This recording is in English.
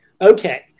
okay